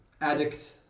Addict